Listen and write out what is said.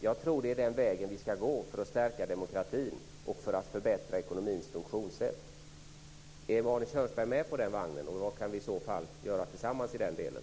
Jag tror att det är den vägen vi ska gå för att stärka demokratin och förbättra ekonomins funktionssätt. Är Arne Kjörnsberg med på den vagnen och vad kan vi i så fall göra tillsammans i den delen?